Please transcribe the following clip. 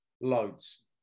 Loads